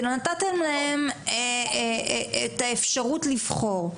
אלא נתתם להם את האפשרות לבחור.